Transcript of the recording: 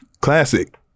classic